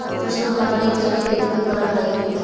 mushroom का प्रयोग सब्जी के रूप में करल हई